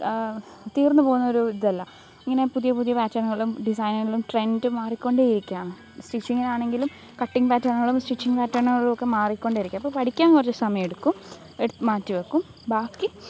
തീര്ന്നുപോകുന്ന ഒരു ഇതല്ല ഇങ്ങനെ പുതിയപുതിയ പാറ്റേണുകളും ഡിസൈനുകളിലും ട്രെന്ഡ് മാറിക്കൊണ്ടേയിരിക്കുകയാണ് സ്റ്റിച്ചിങ്ങിനാണെങ്കിലും കട്ടിങ് പാറ്റേണുകളും സ്റ്റിച്ചിങ് പാറ്റേണുകളുമൊക്കെ മാറിക്കൊണ്ടിരിക്കും അപ്പോള് പഠിക്കാന് കുറച്ച് സമയമെടുക്കും മാറ്റിവയ്ക്കും ബാക്കി